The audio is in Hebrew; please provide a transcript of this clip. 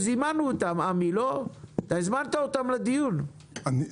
עמי, הזמנת אותם לדיון, נכון?